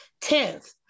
Tenth